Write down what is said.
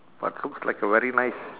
but looks like a very nice